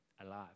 alive